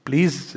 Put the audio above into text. Please